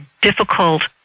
difficult